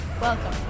Welcome